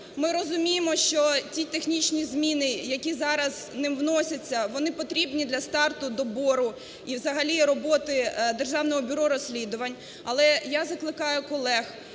Ми розуміємо, що ті технічні зміни, які зараз ним вносяться, вони потрібні для старту набору і взагалі роботи Державного бюро розслідувань. Але я закликаю колег